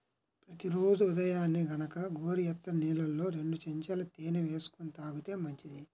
ప్రతి రోజూ ఉదయాన్నే గనక గోరువెచ్చని నీళ్ళల్లో రెండు చెంచాల తేనె వేసుకొని తాగితే మంచిది